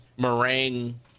Meringue